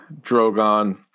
Drogon